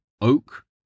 oak